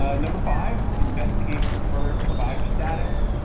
ah number five, investigate preferred provider status.